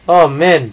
orh man